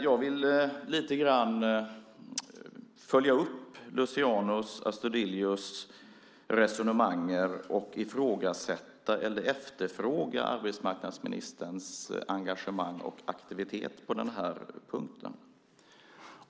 Jag vill lite grann följa upp Luciano Astudillos resonemang och efterfråga arbetsmarknadsministerns engagemang och aktivitet på den här punkten.